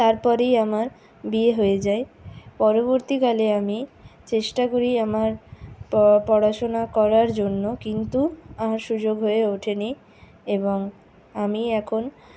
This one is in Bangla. তারপরেই আমার বিয়ে হয়ে যায় পরবর্তীকালে আমি চেষ্টা করি আমার পড়াশোনা করার জন্য কিন্তু আমার সুযোগ হয়ে ওঠেনি এবং আমি এখন